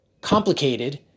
complicated